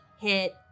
hit